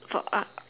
for uh